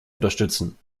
unterstützen